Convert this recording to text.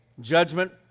judgment